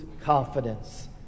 confidence